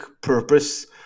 purpose